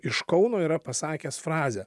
iš kauno yra pasakęs frazę